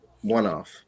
one-off